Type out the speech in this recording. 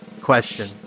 question